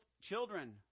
children